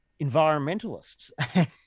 environmentalists